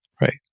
right